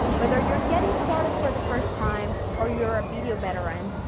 whether you're getting started for the first time or you're a video veteran,